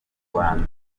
rwanda